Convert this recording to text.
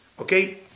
okay